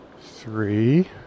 three